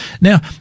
Now